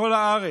בכל הארץ: